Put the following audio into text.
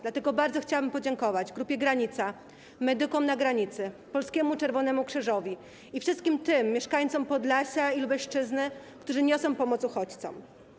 Dlatego bardzo chciałabym podziękować Grupie Granica, medykom na granicy, Polskiemu Czerwonemu Krzyżowi i tym wszystkim mieszkańcom Podlasia i Lubelszczyzny, którzy niosą pomoc uchodźcom.